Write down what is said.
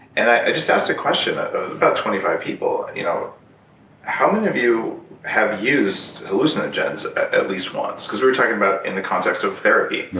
and i just asked a question of about twenty five people, you know how you have used hallucinogens at least once? cause we were talking about, in the context of therapy.